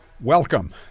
Welcome